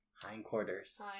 Hindquarters